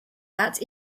arts